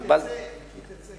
כי תצא